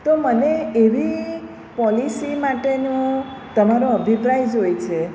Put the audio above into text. તો મને એવી પોલિસી માટેનું તમારો અભિપ્રાય જોઈએ છે